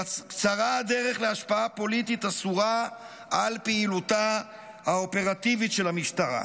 קצרה הדרך להשפעה פוליטית אסורה על פעילותה האופרטיבית של המשטרה,